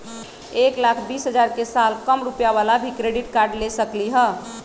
एक लाख बीस हजार के साल कम रुपयावाला भी क्रेडिट कार्ड ले सकली ह?